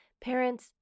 Parents